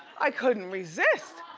i couldn't resist,